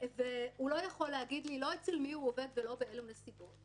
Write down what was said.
והוא לא יכול להגיד לי לא אצל מי הוא עובד ולא באילו נסיבות,